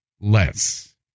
less